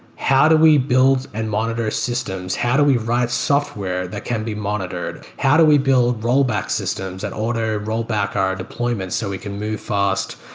how do we build and monitor systems? how do we write software that can be monitored? how do we build rollback systems and order rollback our deployments, so we can move fast,